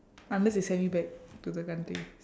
unless they send you back to the country